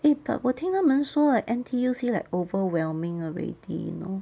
eh but 我听他们说 N_T_U_C like overwhelming already you know